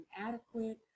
inadequate